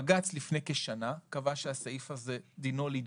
לפני כשנה בג"ץ קבע שהסעיף הזה דינו להתבטל,